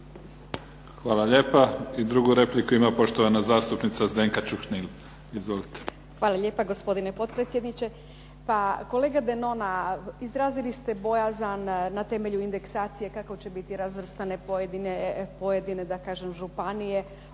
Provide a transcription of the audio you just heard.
Hvala lijepa. I drugu repliku ima poštovana zastupnica Zdenka Čuhnil. **Čuhnil, Zdenka (Nezavisni)** Hvala lijepa gospodine potpredsjedniče. Pa kolega Denona izrazili ste bojazan na temelju indeksacije kako će biti pojedine županije,